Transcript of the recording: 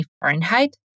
Fahrenheit